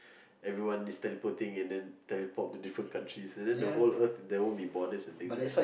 everyone is teleporting and then teleport to different countries and then the whole earth there won't be borders or things like that